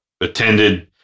attended